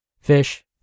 fish